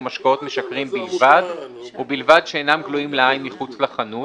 ומשקאות משכרים בלבד ובלבד שאינם גלויים לעין מחוץ לחנות,"